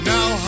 Now